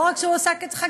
ולא רק שהוא הועסק אצלך,